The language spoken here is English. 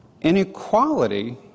inequality